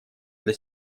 для